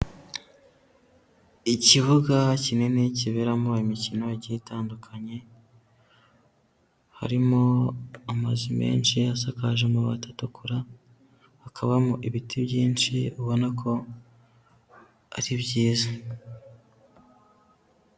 Ikibuga kinini kiberamo imikino igiye itandukanye, harimo amazu menshi asakaje amabati atukura, hakabamo ibiti byinshi ubona ko ari byiza.